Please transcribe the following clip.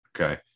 Okay